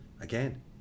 again